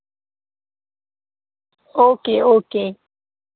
okay okay